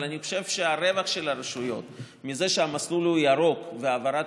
אבל אני חושב שהרווח של הרשויות מזה שהמסלול הוא ירוק והעברת